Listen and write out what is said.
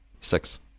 six